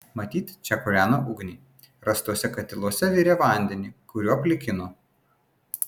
matyt čia kūreno ugnį rastuose katiluose virė vandenį kuriuo plikino